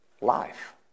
life